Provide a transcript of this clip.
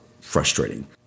frustrating